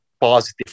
positive